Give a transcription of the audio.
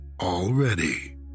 already